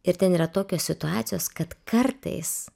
ir ten yra tokios situacijos kad kartais